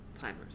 timers